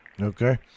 Okay